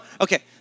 Okay